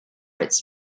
its